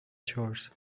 chores